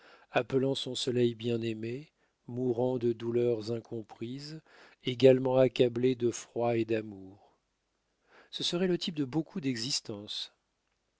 appelant son soleil bien-aimé mourant de douleurs incomprises également accablée de froid et d'amour ce serait le type de beaucoup d'existences